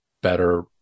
better